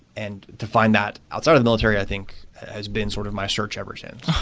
and to find that outside of the military i think has been sort of my search ever since.